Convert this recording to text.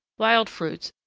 wild fruits,